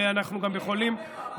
ואנחנו גם יכולים,